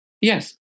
Yes